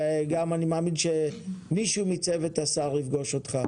אני מאמין שמישהו מצוות השר יפגוש אותך.